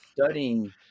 studying